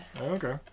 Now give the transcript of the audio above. Okay